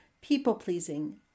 people-pleasing